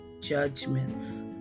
judgments